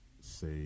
say